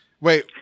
wait